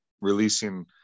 releasing